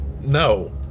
no